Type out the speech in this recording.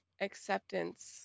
acceptance